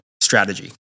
strategy